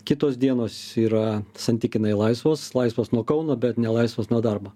kitos dienos yra santykinai laisvos laisvos nuo kauno bet ne laisvos nuo darbo